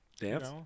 Dance